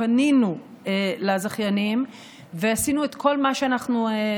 פנינו לזכיינים ועשינו את כל מה שאנחנו,